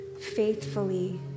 faithfully